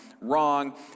wrong